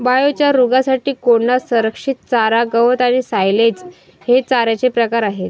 biochar, गुरांसाठी कोंडा, संरक्षित चारा, गवत आणि सायलेज हे चाऱ्याचे प्रकार आहेत